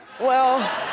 well,